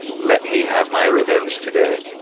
let me have my revenge today!